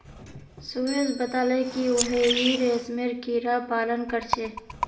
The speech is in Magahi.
सुरेश बताले कि वहेइं रेशमेर कीड़ा पालन कर छे